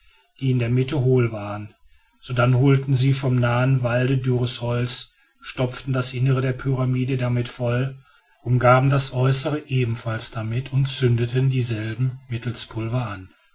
die in der mitte hohl waren sodann holten sie vom nahen walde dürres holz stopften das innere der pyramiden damit voll umgaben das äußere ebenfalls damit und zündeten dasselbe mittels pulver an